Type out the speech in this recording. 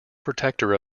protector